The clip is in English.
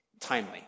Timely